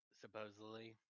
supposedly